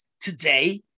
today